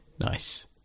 nice